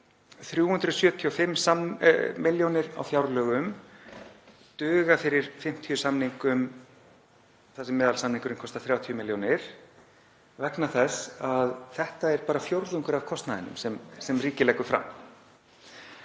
375 milljónir á fjárlögum duga fyrir 50 samningum, þar sem meðalsamningurinn kostar kostar 30 milljónir vegna þess að það er bara fjórðungur af kostnaðinum sem ríkið leggur fram.